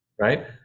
Right